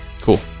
cool